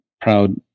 proud